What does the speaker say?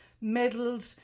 meddled